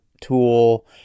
tool